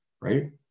right